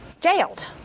jailed